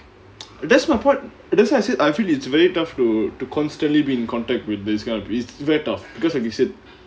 that's my point that's why I said I feel it's very tough to to constantly be in contact with these kind of it's very tough because like you said